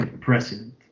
president